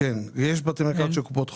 יש בתי מרקחת של קופות חולים.